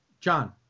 John